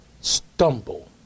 stumble